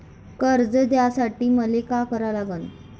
कर्ज घ्यासाठी मले का करा लागन?